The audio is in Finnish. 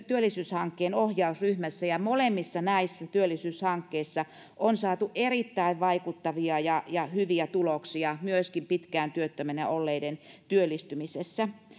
työllisyyshankkeen ohjausryhmässä ja molemmissa näissä työllisyyshankkeissa on saatu erittäin vaikuttavia ja ja hyviä tuloksia myöskin pitkään työttömänä olleiden työllistymisessä